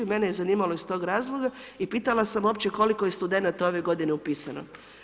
Mene je zanimalo iz tog razloga i pitala sam uopće koliko je studenata ove godine upisano.